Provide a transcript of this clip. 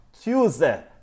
Tuesday